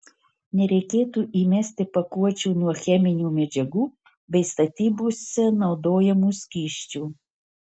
nereikėtų įmesti pakuočių nuo cheminių medžiagų bei statybose naudojamų skysčių